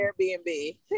Airbnb